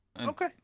Okay